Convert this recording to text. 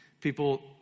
People